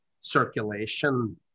circulation